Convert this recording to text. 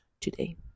today